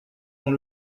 dans